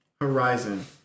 Horizon